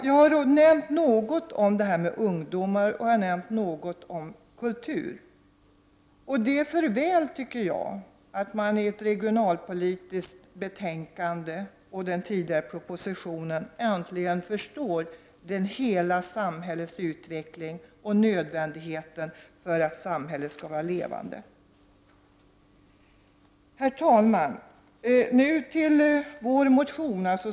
Jag har nämnt litet grand om ungdomar och om kultur. Jag tycker att det är för väl att man i ett regionalpolitiskt betänkande och i den tidigare propositionen äntligen har förstått hela samhällets utveckling och nödvändigheten av att samhället skall vara levande. Herr talman!